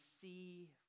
see